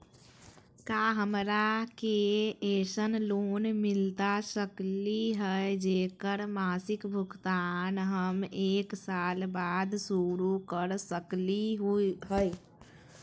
का हमरा के ऐसन लोन मिलता सकली है, जेकर मासिक भुगतान हम एक साल बाद शुरू कर सकली हई?